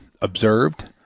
observed